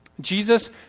Jesus